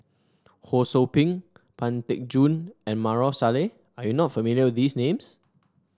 Ho Sou Ping Pang Teck Joon and Maarof Salleh are you not familiar with these names